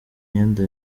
myenda